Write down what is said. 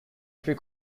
three